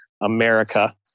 America